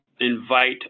Invite